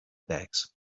bags